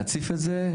להציף את זה,